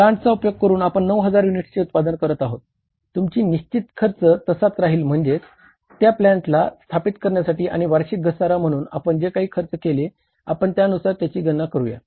आता त्या प्लँन्टचा म्हणून आपण जे काही खर्च केले आपण त्यानुसार त्याची गणना करूया